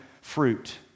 fruit